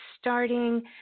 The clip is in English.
starting